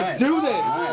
do this.